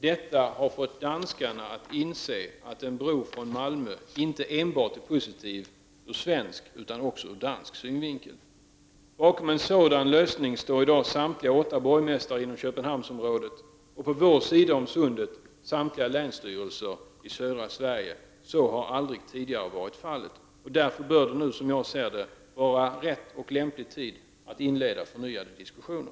Detta har fått danskarna att inse att en bro från Malmö är positiv inte enbart ur svensk utan också ur dansk synvinkel. Bakom en sådan lösning står i dag samtliga åtta borgmästare inom Köpenhamnsområdet och på vår sida av Sundet samtliga länsstyrelser i södra Sverige. Så har aldrig tidigare varit fallet. Därför bör det nu, som jag ser det, vara rätt och lämplig tidpunkt att inleda förnyade diskussioner.